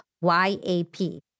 Y-A-P